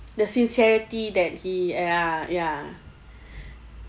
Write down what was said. the sincerity that he uh ya ya